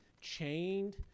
chained